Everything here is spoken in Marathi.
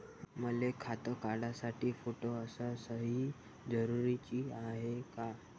मले खातं काढासाठी फोटो अस सयी जरुरीची हाय का?